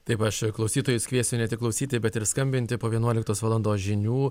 taip aš klausytojus kviesiu ne tik klausyti bet ir skambinti po vienuoliktos valandos žinių